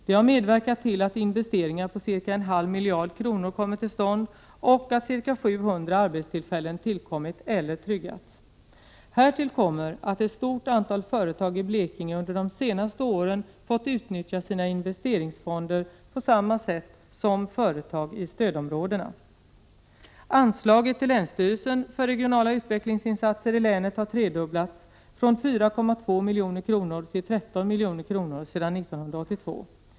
Det har medverkat till att investeringar på ca en halv miljard kronor kommit till stånd och att ca 700 arbetstillfällen tillkommit eller tryggats. Härtill kommer att ett stort antal företag i Blekinge under de senaste åren fått utnyttja sina investeringsfonder på samma sätt som företag i stödområdena. Anslaget till länsstyrelsen för regionala utvecklingsinsatser i länet har tredubblats, från 4,2 milj.kr. till 13 milj.kr., sedan 1982.